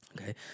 Okay